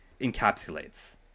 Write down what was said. encapsulates